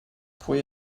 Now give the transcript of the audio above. pwy